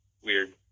weird